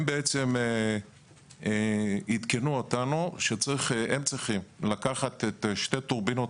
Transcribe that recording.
הם עדכנו אותנו שהם צריכים לקחת את 2 טורבינות